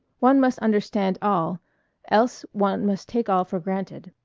one must understand all else one must take all for granted.